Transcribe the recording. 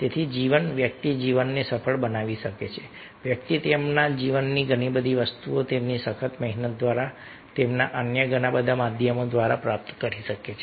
તેથી જીવન વ્યક્તિ જીવનને સફળ બનાવી શકે છે વ્યક્તિ તેમના જીવનમાં ઘણી બધી વસ્તુઓ તેમની સખત મહેનત દ્વારા તેમના અન્ય ઘણા માધ્યમો દ્વારા પ્રાપ્ત કરી શકે છે